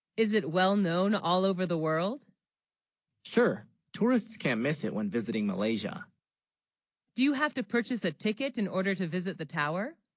is it well known all over the world sure tourists can't, miss it when visiting malaysia do you have to purchase a ticket in order to visit the tower